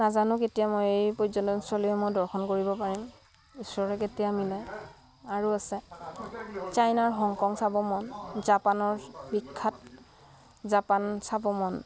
নাজানো কেতিয়া মই এই পৰ্যটনস্থলীসমূই দৰ্শন কৰিব পাৰিম ঈশ্বৰে কেতিয়া মিলায় আৰু আছে চাইনাৰ হংকং চাব মন জাপানৰ বিখ্যাত জাপান চাব মন